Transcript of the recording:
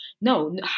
no